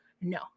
No